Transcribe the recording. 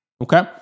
Okay